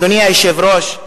אדוני היושב-ראש,